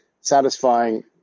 satisfying